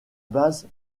base